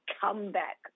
comeback